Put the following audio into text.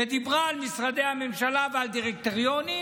שדיברה על משרדי הממשלה ועל דירקטוריונים,